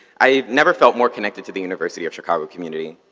i've never felt more connected to the university of chicago community.